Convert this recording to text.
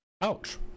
Ouch